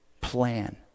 plan